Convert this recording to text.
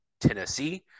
Tennessee